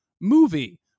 movie